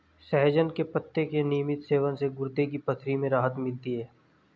सहजन के पत्ते के नियमित सेवन से गुर्दे की पथरी में राहत मिलती है